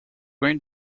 going